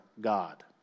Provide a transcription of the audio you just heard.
God